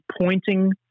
pointing